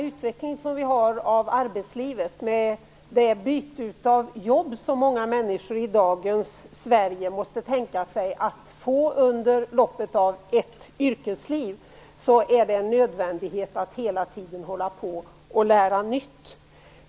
Utvecklingen av arbetslivet, med de byten av jobb som många människor i Sverige måste tänka sig att få göra under loppet av sitt yrkesliv, gör att det är nödvändigt att hela tiden lära nytt.